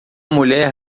mulher